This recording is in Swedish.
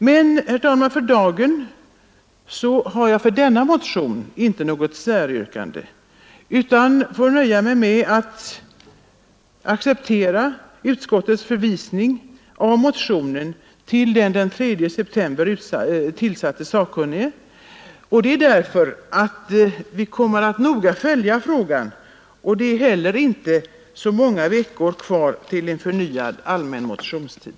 Men, herr talman, för dagen har jag inget säryrkande beträffande denna motion utan får nöja mig med att acceptera utskottets förvisning av motionen till den den 3 november tillsatte sakkunnige. Jag gör detta dels därför att vi noga kommer att följa frågan, dels därför att det inte heller är så många veckor kvar till nästa allmänna motionstid.